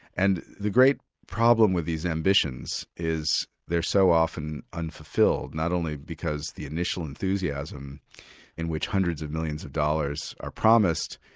and the great problem with these ambitions, is they're so often unfulfilled, not only because the initial enthusiasm in which hundreds of millions of dollars are promised,